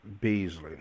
Beasley